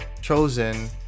chosen